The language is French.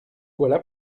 voilà